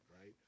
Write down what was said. right